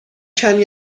کمی